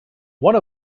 one